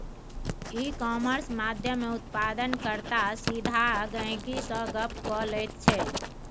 इ कामर्स माध्यमेँ उत्पादन कर्ता सीधा गहिंकी सँ गप्प क लैत छै